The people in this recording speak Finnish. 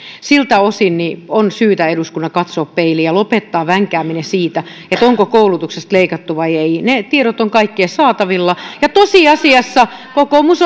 siltä osin on syytä eduskunnan katsoa peiliin ja lopettaa vänkääminen siitä onko koulutuksesta leikattu vai ei ne tiedot ovat kaikkien saatavilla tosiasiassa kokoomus